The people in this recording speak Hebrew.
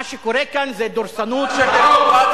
מה שקורה כאן זה דורסנות של הרוב.